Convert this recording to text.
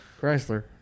Chrysler